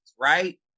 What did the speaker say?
right